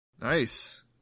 Nice